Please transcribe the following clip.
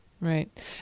Right